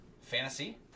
fantasy